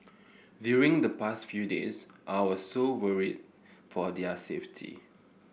during the past few days I was so worried for their safety